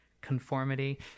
conformity